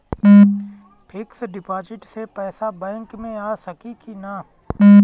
Fix deposit से पैसा bank मे आ सकी कि ना?